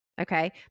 Okay